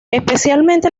especialmente